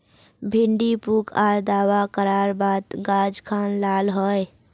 भिन्डी पुक आर दावा करार बात गाज खान लाल होए?